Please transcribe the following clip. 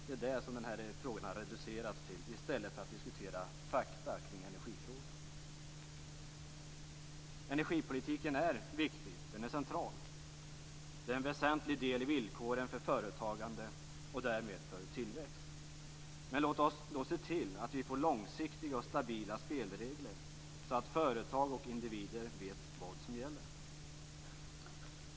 Det är vad den här frågan har reducerats till i stället för att man diskuterar fakta kring energifrågan. Energipolitiken är viktig. Den är central. Den är en väsentlig del i villkoren för företagande och därmed för tillväxt. Men låt oss då se till att vi får långsiktiga och stabila spelregler så att företag och individer vet vad som gäller!